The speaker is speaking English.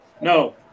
No